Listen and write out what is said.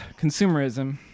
consumerism